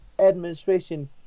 Administration